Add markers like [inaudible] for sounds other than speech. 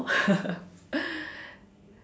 [laughs]